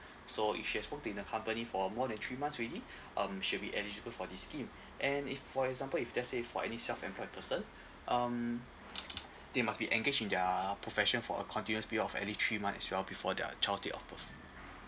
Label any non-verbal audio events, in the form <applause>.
<breath> so if she has worked in a company for more than three months already um she would be eligible for this scheme <breath> and if for example if let's say for any self employed person <breath> um they must be engage in their profession for a continuous period of at least three month as well before their child date of birth